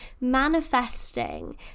manifesting